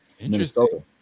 Minnesota